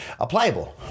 applicable